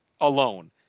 alone